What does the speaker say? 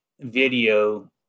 video